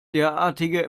derartige